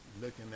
looking